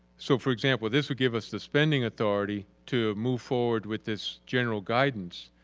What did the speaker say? so for example, this would give us the spending authority to move forward with this general guidance.